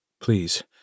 Please